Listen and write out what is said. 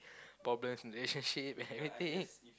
problems in the relationship and everything